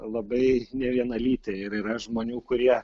labai nevienalytė ir yra žmonių kurie